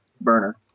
burner